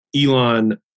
Elon